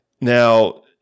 Now